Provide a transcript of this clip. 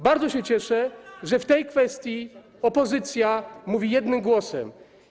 Bardzo się cieszę, że w tej kwestii opozycja mówi jednym głosem.